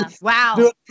Wow